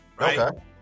Okay